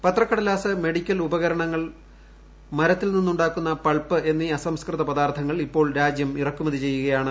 പത്രക്കടലാസ് medical ഉപകരണങ്ങൾ മരത്തിൽ നിന്ന് ഉാക്കുന്ന പൾപ്പ് എന്നീ അസംസ്കൃത പദാർത്ഥങ്ങൾ ഇപ്പോൾ രാജൃം ഇറക്കുമതി ചെയ്യുകയാണ്